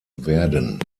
werden